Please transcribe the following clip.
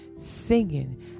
singing